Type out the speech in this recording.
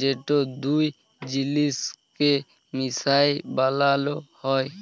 যেট দুট জিলিসকে মিশাই বালালো হ্যয়